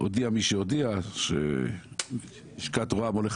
הודיע מי שהודיע שלשכת רוה"מ הולכת